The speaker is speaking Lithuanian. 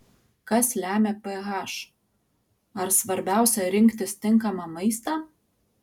kas lemia ph ar svarbiausia rinktis tinkamą maistą